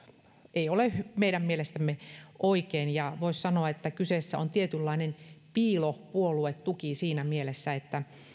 ei ole meidän mielestämme oikein voisi sanoa että kyseessä on tietynlainen piilopuoluetuki siinä mielessä että